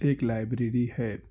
ایک لائبریری ہے